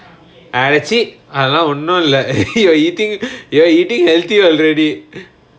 அடச்சீ அதலா ஒன்னும் இல்ல:adachee athala onnum illa you're eating you're eating healthier already